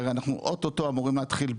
אנחנו אוטוטו אמורים להתחיל ברחובות,